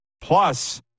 Plus